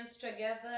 together